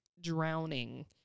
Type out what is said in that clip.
drowning